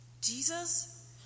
Jesus